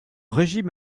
régime